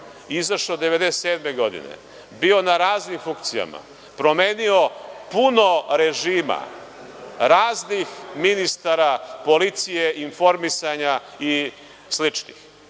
izašao 1997. godine, bio na raznim funkcijama, promenio puno režima, raznih ministara policije, informisanja i